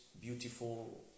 beautiful